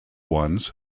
ones